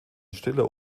stiller